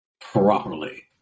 Properly